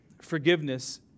forgiveness